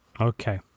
Okay